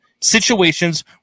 situations